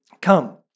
Come